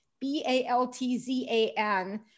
B-A-L-T-Z-A-N